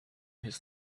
his